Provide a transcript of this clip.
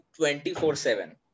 24-7